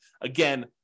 Again